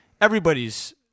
Everybody's